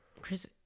chris